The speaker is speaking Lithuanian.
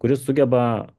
kuris sugeba